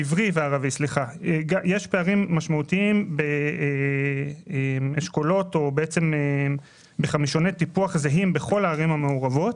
יש פערים בחמישוני טיפוח זהים בכל הערים המעורבות,